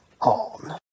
on